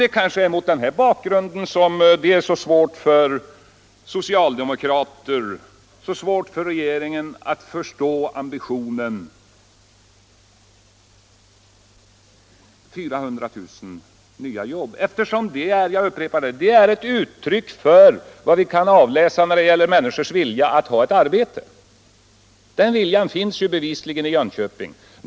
Det är kanske mot denna bakgrund det är så svårt för socialdemokraterna och regeringen att förstå ambitionen 400 000 nya jobb, som är ett uttryck för vad vi kan avläsa när det gäller människors vilja att ha ett arbete. Den viljan finns bevisligen i Jönköpings län.